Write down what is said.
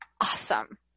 awesome